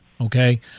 okay